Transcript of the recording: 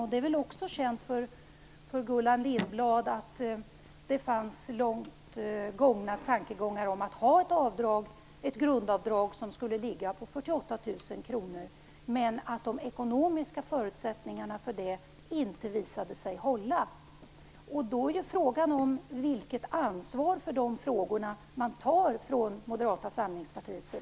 Och det är väl känt också för Gullan Lindblad att det fanns långt gångna tankar om att det skulle finnas ett grundavdrag på 48 000 kr men att de ekonomiska förutsättningarna för detta inte visade sig hålla. Då är frågan vilket ansvar för dessa frågor som man tar från